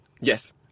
Yes